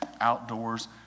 outdoors